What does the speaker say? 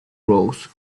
rose